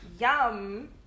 Yum